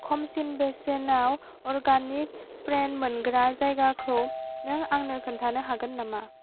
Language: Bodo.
खमसिन बेसेनाव अरगानिक सेफ्रन मोनग्रा जायगाखौ नों आंनो खोन्थानो हागोन नामा